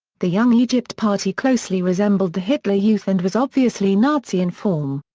the young egypt party closely resembled the hitler youth and was obviously nazi in form.